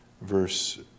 verse